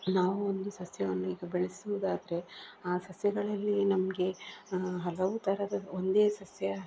ನಾವು ಒಂದು ಸಸ್ಯವನ್ನು ಈಗ ಬೆಳೆಸುವುದಾದರೆ ಆ ಸಸ್ಯಗಳಲ್ಲಿ ನಮಗೆ ಹಲವು ಥರದ ಒಂದೇ ಸಸ್ಯ